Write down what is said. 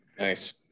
Nice